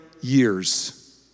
years